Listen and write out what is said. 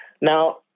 Now